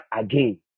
again